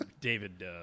David